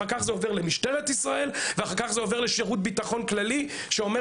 אחר כך זה עובר למשטרת ישראל ולשירות הביטחון הכללי שאומר